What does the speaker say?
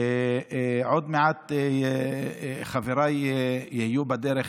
עוד מעט חבריי יהיו בדרך